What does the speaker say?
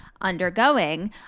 undergoing